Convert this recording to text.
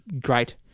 great